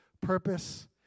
purpose